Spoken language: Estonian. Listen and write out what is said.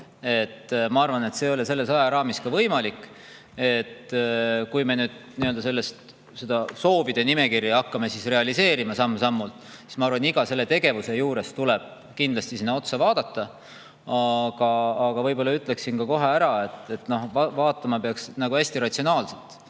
Ma arvan, et see ei ole selles ajaraamis ka võimalik. Kui me nüüd seda soovide nimekirja hakkame realiseerima samm-sammult, siis, ma arvan, iga tegevuse juures tuleb kindlasti [keskkonnamõjule] otsa vaadata. Aga ütleksin kohe ära, et vaatama peaks hästi ratsionaalselt.